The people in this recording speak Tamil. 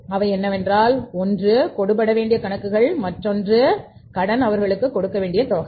அவை என்னவென்றால் 1 கொடு படவேண்டிய கணக்குகள் மற்றொன்று கடன் அவர்களுக்கு கொடுக்க வேண்டிய தொகை